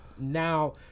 now